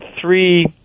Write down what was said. three